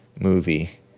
movie